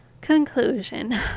conclusion